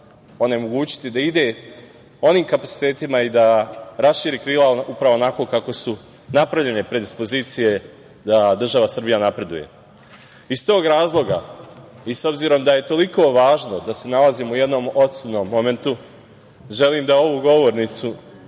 onemogućiti da ide onim kapacitetima i da raširi krila upravo onako kako su napravljene predispozicije da država Srbija napreduje. Iz tog razloga i s obzirom da je toliko važno da se nalazimo u jednom … momentu, želim da ovu govornicu